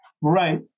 Right